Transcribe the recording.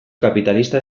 kapitalista